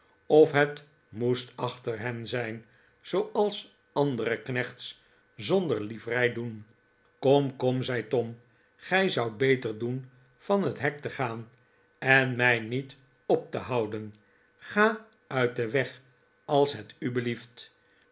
of het moest achter hen zijn zooals andere knechts zonder livrei doen kom kom zei tom gij zoudt beter doen van het hek te gaan en mij niet op te houden ga uit den weg als het u belieft